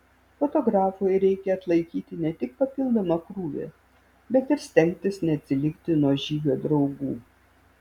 fotografui reikia atlaikyti ne tik papildomą krūvį bet ir stengtis neatsilikti nuo žygio draugų